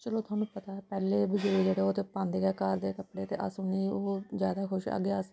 चलो थुआनूं पता ऐ पैह्ले बजुर्ग जेह्ड़े ओह् ते पांदे गै घर दे कपड़े ते अस उ'नें ओह् जादा कुछ अग्गें अस